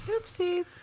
Oopsies